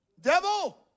Devil